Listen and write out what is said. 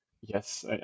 yes